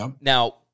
Now